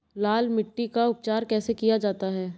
लाल मिट्टी का उपचार कैसे किया जाता है?